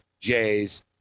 jays